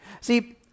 See